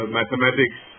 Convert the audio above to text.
mathematics